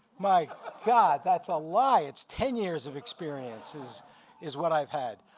my god, that's a lie. it's ten years of experience is is what i've had.